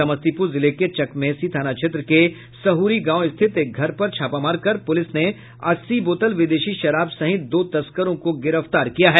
समस्तीपुर जिले के चकमेहषी थाना क्षेत्र के सहुरी गांव स्थित एक घर पर छापा मारकर पुलिस ने अस्सी बोतल विदेशी शराब सहित दो तस्करों को गिरफ्तार किया है